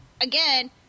again